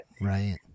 Right